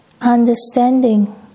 understanding